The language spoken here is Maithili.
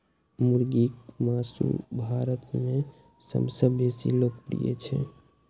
मुर्गीक मासु भारत मे सबसं बेसी लोकप्रिय छै